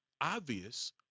obvious